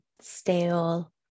stale